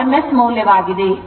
11 ಆಗಿರುತ್ತದೆ